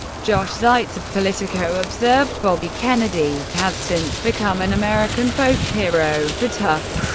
josh zeitz of politico observed, bobby kennedy has since become an american folk hero the tough,